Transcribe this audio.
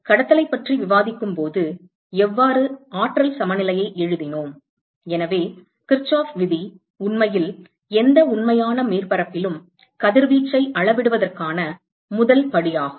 எனவே கடத்தலைப் பற்றி விவாதிக்கும்போது எவ்வாறு ஆற்றல் சமநிலையை எழுதினோம் எனவே கிர்ச்சோஃப் விதி உண்மையில் எந்த உண்மையான மேற்பரப்பிலும் கதிர்வீச்சை அளவிடுவதற்கான முதல் படியாகும்